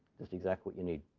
just exactly what you need.